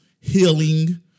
healing